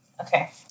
Okay